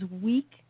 weak